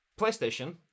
PlayStation